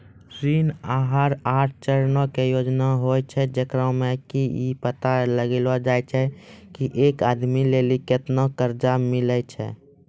ऋण आहार आठ चरणो के योजना होय छै, जेकरा मे कि इ पता लगैलो जाय छै की एक आदमी लेली केतना कर्जा मिलै छै